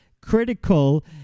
critical